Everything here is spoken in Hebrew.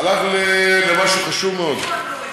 הלך למשהו חשוב מאוד.